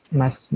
mas